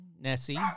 Nessie